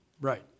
Right